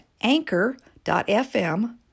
anchor.fm